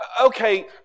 Okay